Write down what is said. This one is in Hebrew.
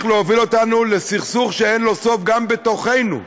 להוביל אותנו לסכסוך שאין לו סוף גם בתוכנו.